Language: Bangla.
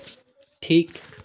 ঠিক